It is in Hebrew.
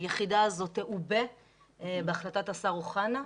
היחידה הזאת תעובה בהחלטת השר אוחנה.